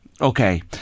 Okay